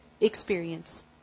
experience